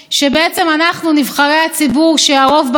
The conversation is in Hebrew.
איזה רוב בחר